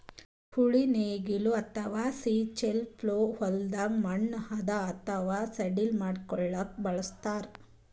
ಉಳಿ ನೇಗಿಲ್ ಅಥವಾ ಚಿಸೆಲ್ ಪ್ಲೊ ಹೊಲದ್ದ್ ಮಣ್ಣ್ ಹದಾ ಅಥವಾ ಸಡಿಲ್ ಮಾಡ್ಲಕ್ಕ್ ಬಳಸ್ತಾರ್